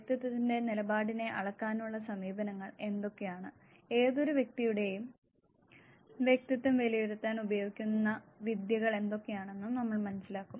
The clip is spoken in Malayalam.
വ്യക്തിത്വത്തിന്റെ നിലപാടിനെ അളക്കാനുള്ള സമീപനങ്ങൾ എന്തൊക്കെയാണ് ഏതൊരു വ്യക്തിയുടെയും വ്യക്തിത്വം വിലയിരുത്താൻ ഉപയോഗിക്കുന്ന വിദ്യകൾ എന്തൊക്കെയാണെന്നും നമ്മൾ മനസ്സിലാക്കും